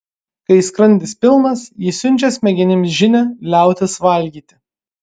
kai skrandis pilnas jis siunčia smegenims žinią liautis valgyti